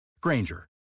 Granger